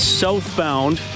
southbound